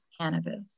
cannabis